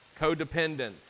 codependent